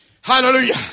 Hallelujah